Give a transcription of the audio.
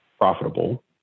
profitable